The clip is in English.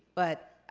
but,